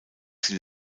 sie